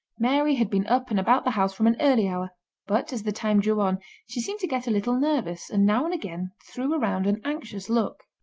mary had been up and about the house from an early hour but as the time drew on she seemed to get a little nervous and now and again threw around an anxious look.